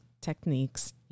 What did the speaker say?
techniques